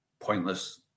pointless